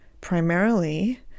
primarily